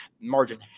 margin